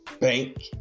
bank